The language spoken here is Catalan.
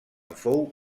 fou